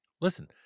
listen